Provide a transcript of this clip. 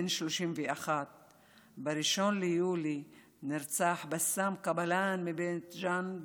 בן 31. ב-1 ביולי נרצח בסאם קבלאן מבית ג'ן,